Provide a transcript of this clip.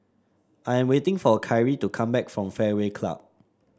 I am waiting for Kyree to come back from Fairway Club